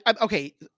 Okay